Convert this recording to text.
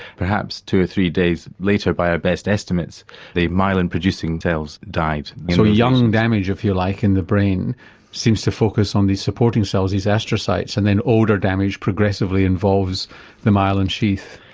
perhaps two or three days later by our best estimates the myelin producing cells died. so young damage if you like in the brain seems to focus on these supporting cells these astrocytes and then older damage progressively involves the myelin sheath.